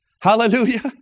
Hallelujah